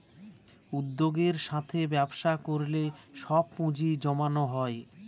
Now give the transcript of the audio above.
উদ্যোগের সাথে ব্যবসা করলে সব পুজিঁ জমানো হয়